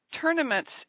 tournaments